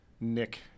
Nick